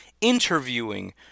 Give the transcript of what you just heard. interviewing